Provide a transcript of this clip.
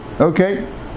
Okay